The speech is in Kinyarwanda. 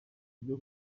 byo